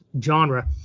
genre